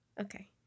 okay